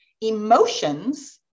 emotions